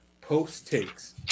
post-takes